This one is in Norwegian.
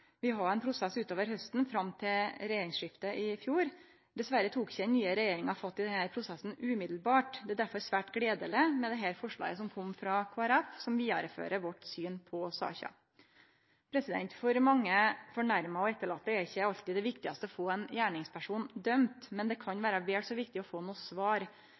Vi hadde ein prosess utover hausten, fram til regjeringsskiftet i fjor. Dessverre tok ikkje den nye regjeringa fatt i den prosessen med ein gong. Det er derfor svært gledeleg med dette forslaget som kom frå Kristeleg Folkeparti, som vidarefører vårt syn på saka. For mange fornærma og etterlatne er det ikkje alltid det viktigaste å få ein gjerningsperson dømt; det kan vere vel så viktig å få nokon svar.